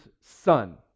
son